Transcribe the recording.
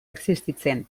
existitzen